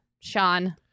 Sean